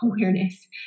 awareness